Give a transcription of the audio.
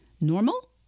Normal